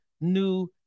new